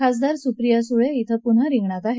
खासदार सुप्रिया सुळे ी पुन्हा रिंगणात आहेत